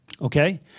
okay